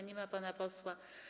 Nie ma pana posła.